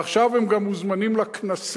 ועכשיו הם גם מוזמנים לכנסים,